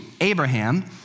Abraham